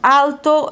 alto